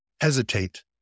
hesitate